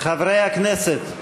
חברי הכנסת.